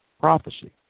prophecy